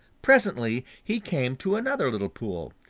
presently he came to another little pool.